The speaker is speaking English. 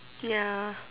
ya